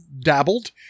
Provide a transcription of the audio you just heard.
dabbled